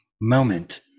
moment